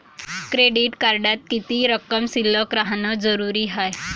Credit कार्डात किती रक्कम शिल्लक राहानं जरुरी हाय?